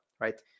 right